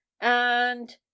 And